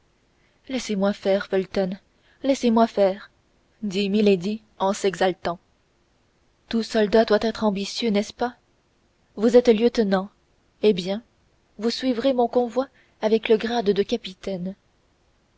laissez-moi faire felton laissez-moi faire dit milady en s'exaltant tout soldat doit être ambitieux n'est-ce pas vous êtes lieutenant eh bien vous suivrez mon convoi avec le grade de capitaine